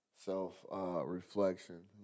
self-reflection